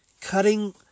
cutting